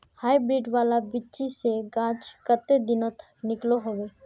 Hybrid वाला बिच्ची से गाछ कते दिनोत निकलो होबे?